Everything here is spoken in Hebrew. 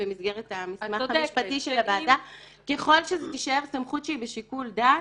אבל ככל שזאת תישאר סמכות שהיא בשיקול דעת,